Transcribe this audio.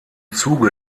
zuge